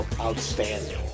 outstanding